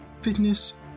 fitness